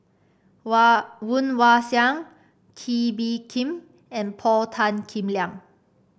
Wah Woon Wah Siang Kee Bee Khim and Paul Tan Kim Liang